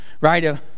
right